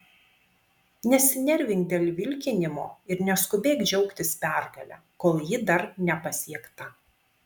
nesinervink dėl vilkinimo ir neskubėk džiaugtis pergale kol ji dar nepasiekta